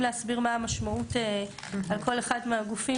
להסביר מה המשמעות על כל אחד מהגופים,